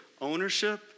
ownership